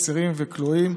אסירים וכלואים),